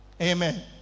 Amen